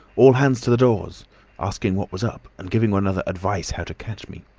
all hands to the doors asking what was up, and giving one another advice how to catch me.